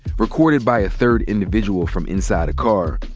recorded by a third individual from inside a car,